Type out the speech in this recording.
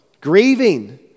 grieving